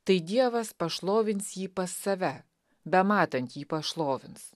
tai dievas pašlovins jį pas save bematant jį pašlovins